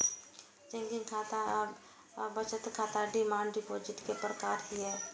checking खाता आ बचत खाता डिमांड डिपोजिट के प्रकार छियै